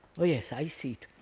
oh yes, i see